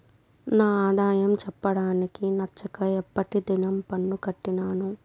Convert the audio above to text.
నా ఆదాయం చెప్పడానికి నచ్చక ఎప్పటి దినం పన్ను కట్టినాను